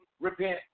Repent